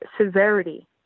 severity